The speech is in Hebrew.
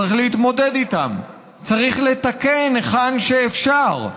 צריך להתמודד איתם, צריך לתקן היכן שאפשר.